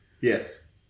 Yes